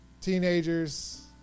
Teenagers